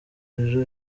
ejo